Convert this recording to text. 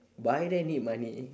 buy there need money